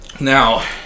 Now